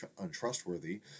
untrustworthy